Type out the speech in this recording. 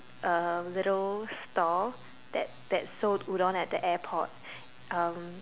uh little stall that that sold udon at the airport um